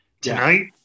tonight